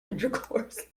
intercourse